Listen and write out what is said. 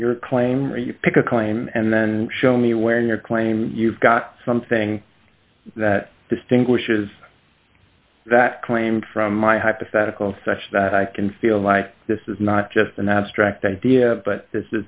your claim you pick a claim and then show me where in your claim you've got something that distinguishes that claim from my hypothetical such that i can feel like this is not just an abstract idea but this